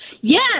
Yes